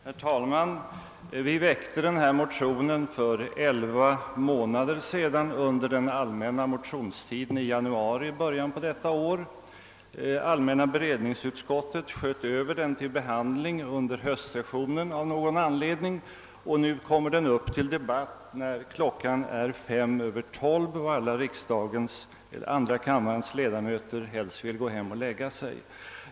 Herr talman! Vi väckte denna motion för elva månader sedan i början av detta år. Allmänna beredningsutskottet sköt av någon anledning över den till behandling vid höstsessionen, och nu kommer den upp till debatt, när klockan är fem minuter över tolv och alla andra kammarens ledamöter helst vill gå hem och lägga sig.